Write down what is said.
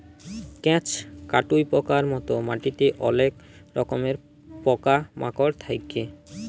কেঁচ, কাটুই পকার মত মাটিতে অলেক রকমের পকা মাকড় থাক্যে